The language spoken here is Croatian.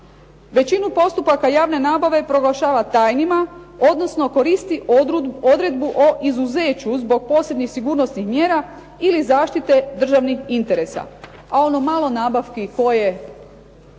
Većinu postupaka javne nabave proglašava tajnima odnosno koristi odredbu o izuzeću zbog posebnih sigurnosnih mjera ili zaštite državnih interesa a ono malo nabavki koje